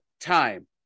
time